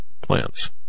plants